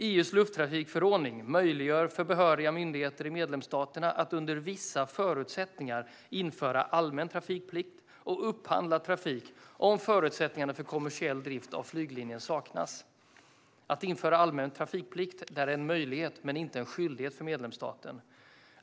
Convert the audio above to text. EU:s lufttrafikförordning möjliggör för behöriga myndigheter i medlemsstaterna att under vissa förutsättningar införa allmän trafikplikt och upphandla trafik om förutsättningar för kommersiell drift av flyglinjen saknas. Att införa allmän trafikplikt är en möjlighet men inte en skyldighet för medlemsstaten.